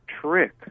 trick